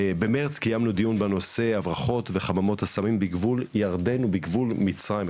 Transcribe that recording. במרץ קיימנו דיון בנושא הברחות וחממות הסמים בגבול ירדן ובגבול מצרים.